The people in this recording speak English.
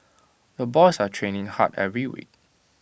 the boys are training hard every week